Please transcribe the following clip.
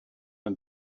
and